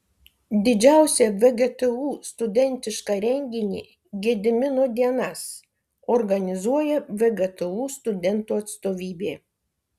didžiausią vgtu studentišką renginį gedimino dienas organizuoja vgtu studentų atstovybė